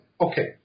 Okay